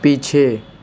पीछे